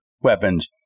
weapons